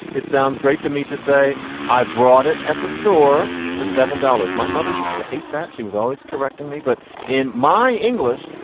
it sounds great to me to say i brought it at the store for seven dollars. my mother used to hate that she was always correcting me, but in my english,